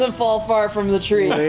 and fall far from the tree.